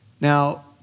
Now